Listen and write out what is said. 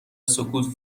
سکوت